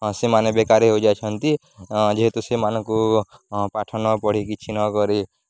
ସେମାନେ ବେକାରୀ ହେଉ ଯାଇଛନ୍ତି ଯେହେତୁ ସେମାନଙ୍କୁ ପାଠ ନ ପଢ଼ି କିଛି ନ କରି